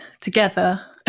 together